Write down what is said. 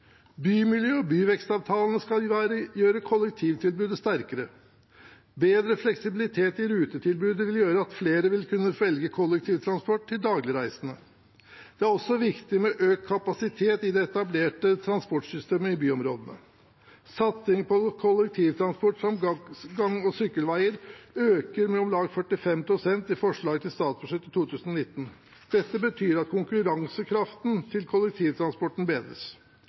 Bymiljø- og byvekstavtalene skal gjøre kollektivtilbudet sterkere. Bedre fleksibilitet i rutetilbudet vil gjøre at flere vil kunne velge kollektivtransport til dagligreisen. Det er også viktig med økt kapasitet i det etablerte transportsystemet i byområdene. Satsingen på kollektivtransport samt gang- og sykkelveier øker med om lag 45 pst. i forslaget til statsbudsjett for 2019. Det betyr at konkurransekraften til kollektivtransporten bedres.